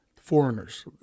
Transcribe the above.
foreigners—